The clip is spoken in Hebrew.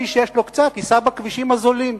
מי שיש לו קצת, ייסע בכבישים הזולים.